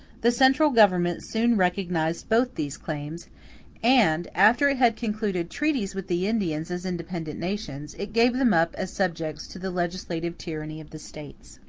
the central government soon recognized both these claims and after it had concluded treaties with the indians as independent nations, it gave them up as subjects to the legislative tyranny of the states.